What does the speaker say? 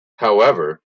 however